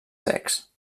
secs